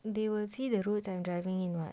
they will see the roads I'm driving in what